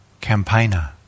campaigner